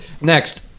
Next